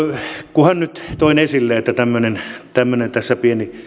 kunhan nyt toin esille että tässä tämmöinen pieni